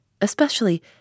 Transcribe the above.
especially